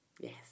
yes